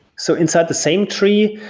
so inside the same tree,